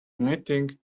knitting